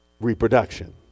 Reproduction